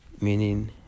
meaning